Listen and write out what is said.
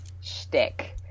shtick